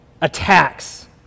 attacks